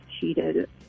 cheated